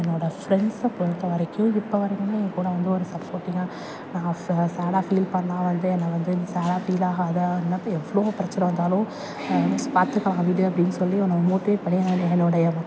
என்னோட ஃப்ரெண்ட்ஸ்ஸை பொறுத்த வரைக்கும் இப்போ வரைக்குமே ஏன் கூட வந்து ஒரு சப்போட்டிங்காக சே சேடாக ஃபீல் பண்ணால் வந்து என்ன வந்து நீ சேடாக ஃபீலாகாதே என்ன எவ்வளோ பிரச்சனை வந்தாலும் பார்த்துகலாம் விடு அப்படின்னு சொல்லி என்னை மோட்டிவேட் பண்ணி என்னை என்னுடைய